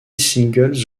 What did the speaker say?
singles